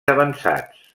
avançats